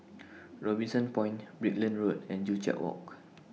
Robinson Point Brickland Road and Joo Chiat Walk